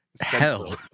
hell